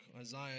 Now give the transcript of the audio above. Isaiah